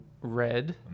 red